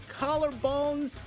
collarbones